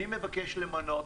אני מבקש למנות